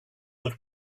that